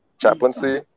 chaplaincy